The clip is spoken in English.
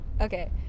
Okay